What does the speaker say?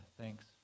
Thanks